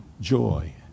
joy